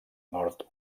nord